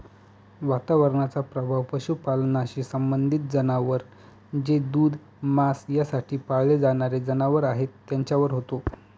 वातावरणाचा प्रभाव पशुपालनाशी संबंधित जनावर जे दूध, मांस यासाठी पाळले जाणारे जनावर आहेत त्यांच्यावर होतो